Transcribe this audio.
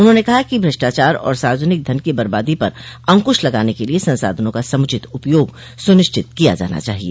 उन्होंने कहा कि भ्रष्टाचार और सार्वजनिक धन की बबादी पर अंकुश लगाने के लिए संसाधनों का समुचित उपयोग सुनिश्चित किया जाना चाहिए